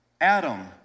Adam